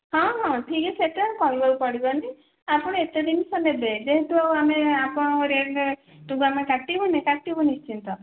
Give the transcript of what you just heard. ହଁ ହଁ ଠିକ୍ ଅଛି ସେଇଟା କହିବାକୁ ପଡ଼ିବନି ଆପଣ ଏତେ ଜିନିଷ ନେବେ ଯେହେତୁ ଆଉ ଆମେ ଆପଣଙ୍କ ରେଟ୍ରୁ ଜମା କାଟିବୁନି କାଟିବୁ ନିଶ୍ଚିନ୍ତ